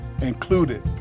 included